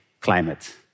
climate